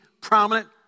prominent